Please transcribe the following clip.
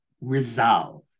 RESOLVE